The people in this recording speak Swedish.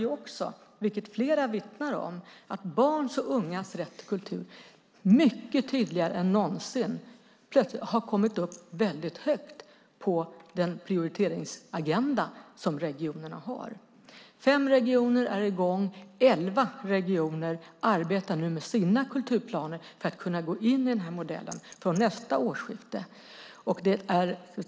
Detta gör, vilket flera vittnar om, att barns och ungas rätt till kultur mycket tydligare än någonsin tidigare hamnar högt upp på den prioriteringsagenda som regionerna har. Fem regioner är i gång, och elva regioner arbetar nu med sina kulturplaner för att från nästa årsskifte kunna gå in i den här modellen.